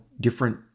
different